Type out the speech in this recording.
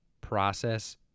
process